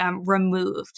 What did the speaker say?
Removed